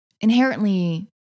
inherently